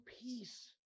peace